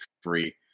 free